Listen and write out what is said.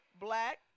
black